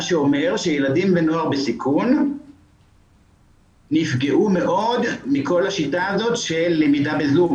מה שאומר שילדים ונוער בסיכון נפגעו מאד מכל השיטה הזאת של למידה בזום.